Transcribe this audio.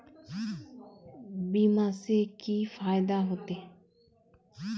बीमा से की फायदा होते?